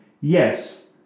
Yes